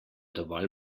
dovolj